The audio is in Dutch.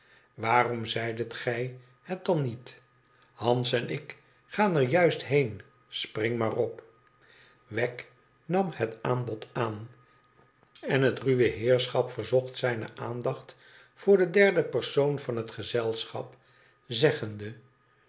waarom zeidet gij het dan niet hans en ik gaan er juist heen spring maar op wegg nam het aanbod aan en het ruwe heerschap verzocht zijne aandacht voor den derden persoon van het gezelschap zeggende